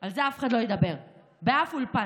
על זה אף אחד לא ידבר בשום אולפן.